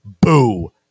Boo